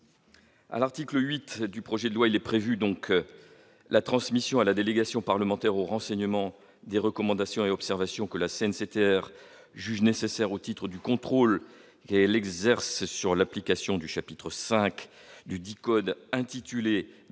À l'article 8 du projet de loi, il est prévu la transmission à la délégation parlementaire au renseignement des recommandations et observations que la CNCTR juge nécessaire au titre du contrôle qu'elle exerce sur l'application du chapitre V du code de la